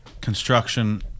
construction